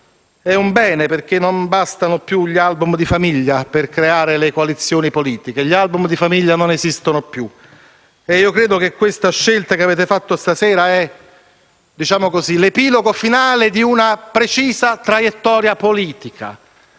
è un bene, perché non bastano più gli album di famiglia per creare le coalizioni politiche. Gli album di famiglia non esistono più. Credo che la scelta che avete fatto stasera sia l'epilogo finale di una precisa traiettoria politica.